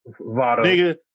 Nigga